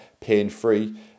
pain-free